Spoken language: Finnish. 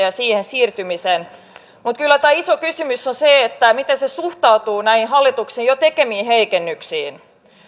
ja siihen siirtymisen mutta kyllä iso kysymys on se se miten se suhtautuu näihin hallituksen jo tekemiin heikennyksiin